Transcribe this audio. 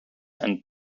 and